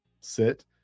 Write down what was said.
sit